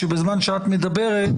שבזמן שאת מדברת,